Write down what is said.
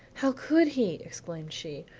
how could he? exclaimed she,